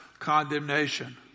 condemnation